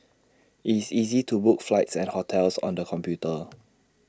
IT is easy to book flights and hotels on the computer